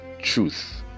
truth